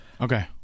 Okay